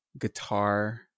guitar